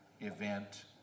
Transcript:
event